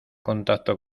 contacto